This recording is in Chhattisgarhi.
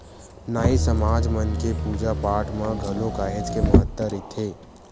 नाई समाज मन के पूजा पाठ म घलो काहेच के महत्ता रहिथे